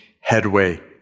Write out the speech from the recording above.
headway